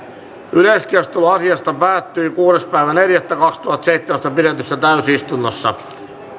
yleiskeskustelu asiasta päättyi kuudes neljättä kaksituhattaseitsemäntoista pidetyssä täysistunnossa